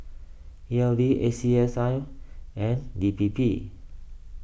E L D A C S I and D P P